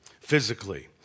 physically